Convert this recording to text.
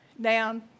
down